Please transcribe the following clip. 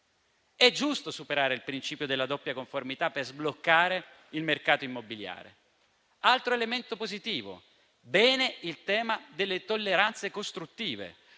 È giusto superare il principio della doppia conformità per sbloccare il mercato immobiliare. Altro elemento positivo: bene il tema delle tolleranze costruttive,